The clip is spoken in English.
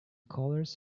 colors